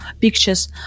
pictures